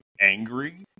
angry